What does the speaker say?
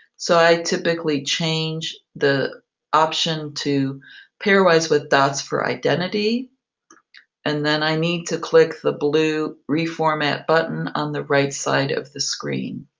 so i typically change the option to pairwise with dots for identity and then i need to click the blue reformat button on the right side of the screen.